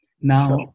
Now